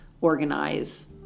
organize